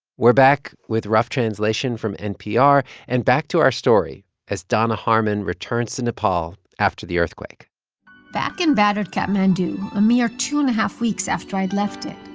we're back with rough translation from npr and back to our story as danna harman returns to nepal after the earthquake back in battered kathmandu, a mere two and a half weeks after i'd left it,